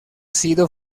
sido